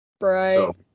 Right